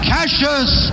Cassius